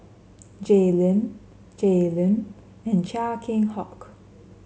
Jay Lim Jay Lim and Chia Keng Hock